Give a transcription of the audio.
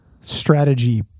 strategy